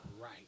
Right